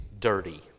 dirty